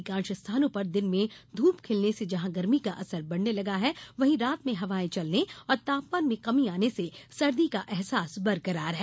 अधिकांश स्थानों पर दिन में ध्रप खिलने से जहां गर्मी का असर बढ़ने लगा है वहीं रात में हवायें चलने और तापमान में कमी आने से सर्दी का अहसास बरकरार है